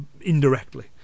indirectly